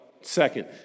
second